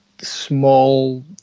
small